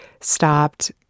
stopped